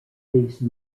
these